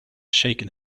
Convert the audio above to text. shaken